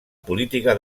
política